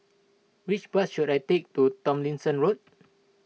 which bus should I take to Tomlinson Road